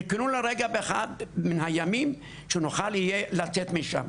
חיכינו לרגע באחד מן הימים שנוכל לצאת משם